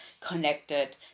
connected